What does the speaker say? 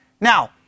Now